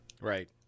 right